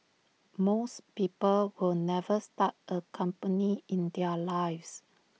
most people will never start A company in their lives